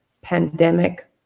pandemic